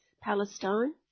Palestine